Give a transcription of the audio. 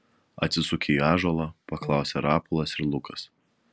atsisukę į ąžuolą paklausė rapolas ir lukas